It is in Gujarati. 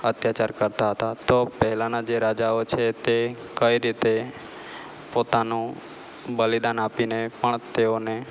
અત્યાચાર કરતા હતા તો પહેલાંના જે રાજાઓ છે તે કઈ રીતે પોતાનું બલિદાન આપીને પણ તેઓને